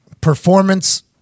performance